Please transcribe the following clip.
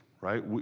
right